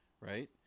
right